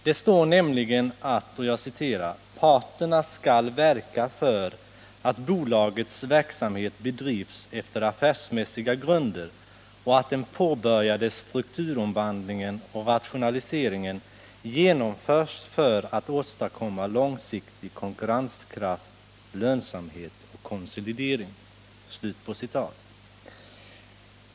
Där står nämligen att ”parterna skall verka för att bolagets verksamhet bedrivs efter affärsmässiga grunder och att den påbörjade strukturomvandlingen och rationaliseringen genomförs för att åstadkomma långsiktig konkurrenskraft, lönsamhet och konsolidering”.